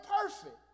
perfect